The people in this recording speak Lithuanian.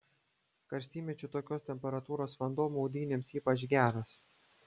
karštymečiu tokios temperatūros vanduo maudynėms ypač geras